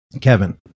kevin